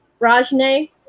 Rajne